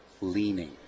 leaning